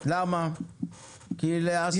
כי לעסקים יש ארגונים, יש לובי.